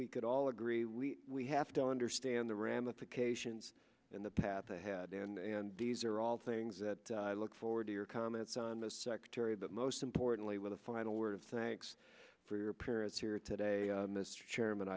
could all agree we have to understand the ramifications and the path ahead and these are all things that i look forward to your comments on the secretary but most importantly with a final word of thanks for your appearance here today mr chairman